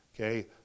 Okay